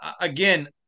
Again